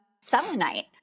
selenite